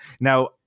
Now